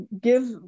give